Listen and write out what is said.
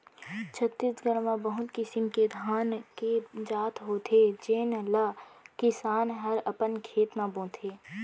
छत्तीसगढ़ म बहुत किसिम के धान के जात होथे जेन ल किसान हर अपन खेत म बोथे